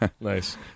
nice